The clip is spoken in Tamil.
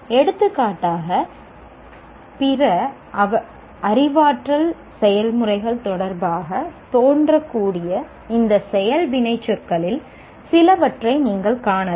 எடுத்துக்காட்டாக பிற அறிவாற்றல் செயல்முறைகள் தொடர்பாக தோன்றக்கூடிய இந்த செயல் வினைச்சொற்களில் சிலவற்றை நீங்கள் காணலாம்